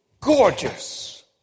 gorgeous